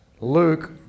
Luke